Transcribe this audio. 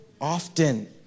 often